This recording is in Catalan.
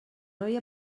havia